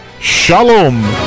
shalom